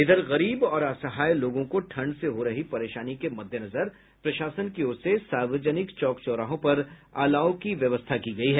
इधर गरीब और असहाय लोगों को ठंड से हो रही परेशानी के मद्देनजर प्रशासन की ओर से सार्वजनिक चौक चौराहों पर अलाव की व्यवस्था की गयी है